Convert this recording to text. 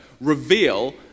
reveal